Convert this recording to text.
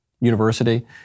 University